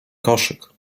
koszyk